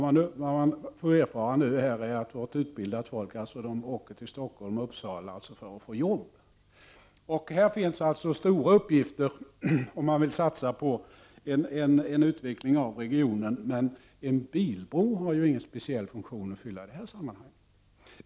Men man får erfara att det utbildade folket åker till Stockholm och Uppsala för att få jobb. Här finns stora uppgifter om man vill satsa på en utveckling av regionen. Men en bilbro har ju ingen speciell funktion att fylla i det sammanhanget.